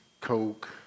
coke